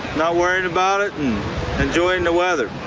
now word about it and and doing the weather.